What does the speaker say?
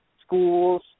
Schools